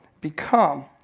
become